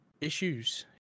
issues